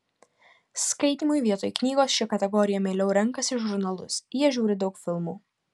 skaitymui vietoj knygos ši kategorija mieliau renkasi žurnalus jie žiūri daug filmų